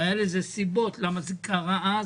והיו לזה סיבות למה זה קרה אז,